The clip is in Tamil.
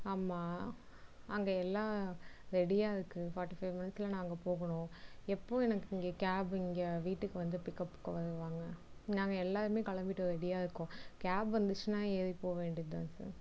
ஆமாம் அங்கே எல்லா ரெடியாகருக்கு ஃபார்ட்டி ஃபைவ் மினிட்ஸில் நான் அங்கே போகணும் எப்போது எனக்கு இங்கே கேப் இங்கே வீட்டுக்கு வந்து பிக்கப்புக்கு வருவாங்க நாங்கள் எல்லாருமே கிளம்பிட்டோம் ரெடியாகருக்கோம் கேப் வந்துத்துன்னா ஏறி போக வேண்டியது தான் சார்